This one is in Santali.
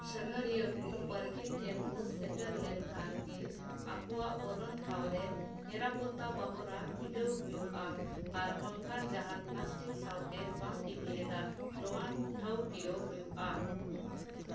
ᱥᱟᱹᱜᱷᱟᱹᱨᱤᱭᱟᱹ ᱠᱚ ᱯᱟᱨᱠᱤᱝ ᱴᱷᱮᱱ ᱠᱚ ᱥᱮᱴᱮᱨ ᱞᱮᱱᱠᱷᱟᱱ ᱜᱮ ᱟᱠᱚᱣᱟᱜ ᱵᱚᱞᱚᱱ ᱴᱷᱟᱶ ᱨᱮ ᱱᱤᱨᱟᱯᱚᱛᱛᱟ ᱵᱟᱦᱚᱨᱟ ᱵᱤᱰᱟᱹᱣ ᱦᱩᱭᱩᱜᱼᱟ ᱟᱨ ᱚᱱᱠᱟᱱ ᱡᱟᱦᱟᱱ ᱯᱞᱟᱥᱴᱤᱠ ᱥᱟᱶᱛᱮ ᱵᱟᱢ ᱤᱫᱤ ᱮᱫᱟ ᱱᱚᱣᱟ ᱴᱷᱟᱹᱣᱠᱟᱹᱭ ᱦᱩᱭᱩᱜᱼᱟ